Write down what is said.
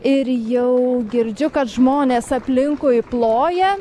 ir jau girdžiu kad žmonės aplinkui ploja